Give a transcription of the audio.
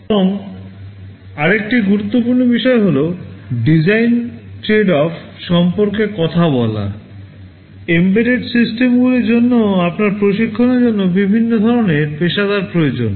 এবং আরেকটি গুরুত্বপূর্ণ বিষয় হল ডিজাইন ট্রেড অফ সম্পর্কে কথা বলা এম্বেডেড সিস্টেমগুলির জন্য আপনার প্রশিক্ষণের জন্য বিভিন্ন ধরণের পেশাদার প্রয়োজন